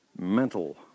mental